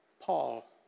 Paul